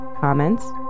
Comments